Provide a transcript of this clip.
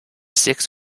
six